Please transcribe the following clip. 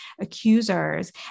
accusers